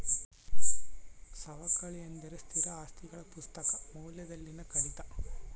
ಸವಕಳಿ ಎಂದರೆ ಸ್ಥಿರ ಆಸ್ತಿಗಳ ಪುಸ್ತಕ ಮೌಲ್ಯದಲ್ಲಿನ ಕಡಿತ